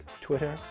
Twitter